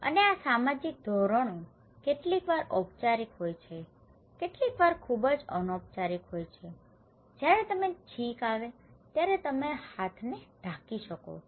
અને આ સામાજિક ધારાધોરણો કેટલીકવાર ઔપચારિક હોય છે કેટલીક વાર ખૂબ જ અનૌપચારિક હોય છે જ્યારે તમે છીંક આવે ત્યારે તમારા હાથને ઢાંકી શકો છો